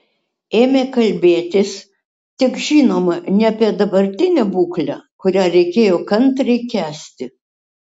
ėmė kalbėtis tik žinoma ne apie dabartinę būklę kurią reikėjo kantriai kęsti